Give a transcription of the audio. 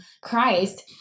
Christ